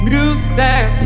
Music